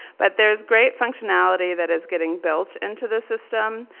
but there's great functionality that is getting built into the system.